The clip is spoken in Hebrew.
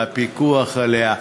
בפיקוח עליה,